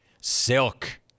Silk